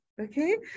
Okay